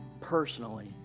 personally